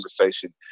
conversation